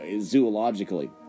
zoologically